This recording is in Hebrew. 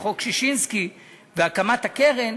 חוק ששינסקי, והקמת הקרן,